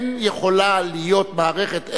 לא יכולה להיות מערכת,